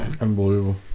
unbelievable